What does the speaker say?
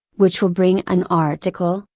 which will bring an article,